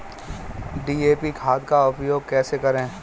DAP खाद का उपयोग कैसे करें?